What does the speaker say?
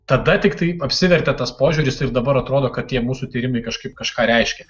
tada tiktai apsivertė tas požiūris ir dabar atrodo kad tie mūsų tyrimai kažkaip kažką reiškė